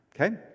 okay